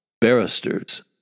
Barristers